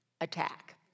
attack